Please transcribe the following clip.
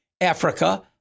Africa